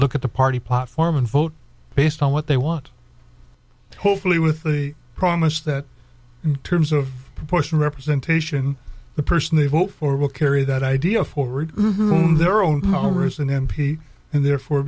look at the party platform and vote based on what they want hopefully with the promise that in terms of proportional representation the person they vote for will carry that idea forward on their own